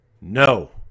No